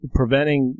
preventing